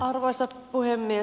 arvoisa puhemies